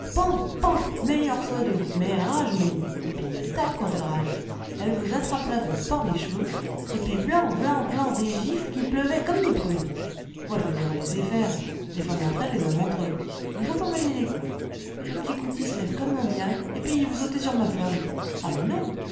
deux mais elle rage mélie et puis elle tape quand elle rage elle vous attrape la grosse par les cheveux et puis v'lan v'lan v'lan des gifles qui pleuvaient comme des prunes moi je les aurais laissé faire les femmes entre elles les hommes entre eux il ne faut pas mêler les coups mais le petit coutil se lève comme un diable et puis il veut sauter sur ma femme ah mais non